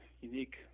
unique